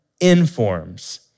informs